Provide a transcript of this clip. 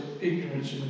ignorance